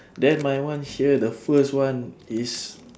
then my one here the first one is